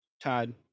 Todd